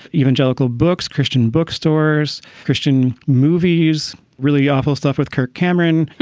evangelical books, christian bookstores, christian movies. really awful stuff with kirk cameron,